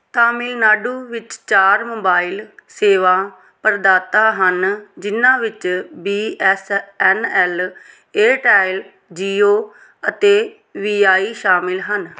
ਤਾਮਿਲਨਾਡੂ ਵਿੱਚ ਚਾਰ ਮੋਬਾਈਲ ਸੇਵਾ ਪ੍ਰਦਾਤਾ ਹਨ ਜਿਹਨਾਂ ਵਿੱਚ B S N L Airtel Jio ਅਤੇ ਵੀ ਆਈ ਸ਼ਾਮਲ ਹਨ